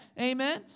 Amen